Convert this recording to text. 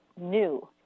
new